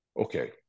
Okay